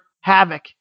havoc